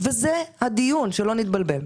וזה הדיון, שלא נתבלבל.